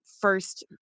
first